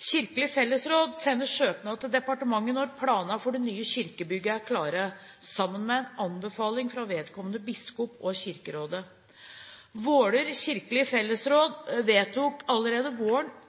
Kirkelig fellesråd sender søknad til departementet når planene for det nye kirkebygget er klare, sammen med en anbefaling fra vedkommende biskop og Kirkerådet. Våler kirkelige fellesråd